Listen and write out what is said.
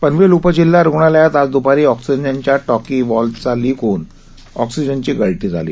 पनवेल उपजिल्हा रूग्णालयात आज द्पारी आक्सिजनच्या टाकी वॉल लिक होऊन ऑकसीजनची गळती झाली